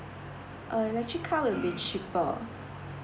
err electric car will be cheaper